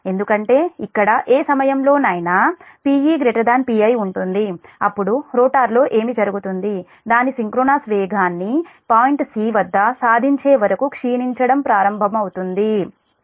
ఎందుకంటే ఇక్కడ ఏ సమయంలోనైనా Pe Pi ఉంటుంది అప్పుడు రోటర్ లో ఏమి జరుగుతుంది దాని సింక్రోనస్ వేగాన్ని పాయింట్ 'c'వద్ద సాధించే వరకు క్షీణించడం ప్రారంభమవుతుంది